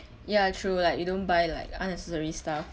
ya true like you don't buy like unnecessary stuff